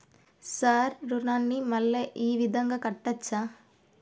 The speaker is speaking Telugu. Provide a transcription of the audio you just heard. సార్ రుణాన్ని మళ్ళా ఈ విధంగా కట్టచ్చా?